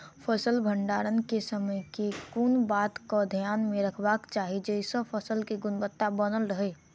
फसल भण्डारण केँ समय केँ कुन बात कऽ ध्यान मे रखबाक चाहि जयसँ फसल केँ गुणवता बनल रहै?